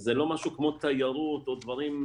זה לא משהו כמו תיירות או דברים,